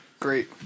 Great